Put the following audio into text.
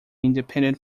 independent